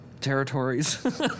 territories